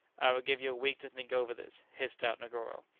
i will give you a week to think over this, hissed out negoro.